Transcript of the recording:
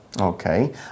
Okay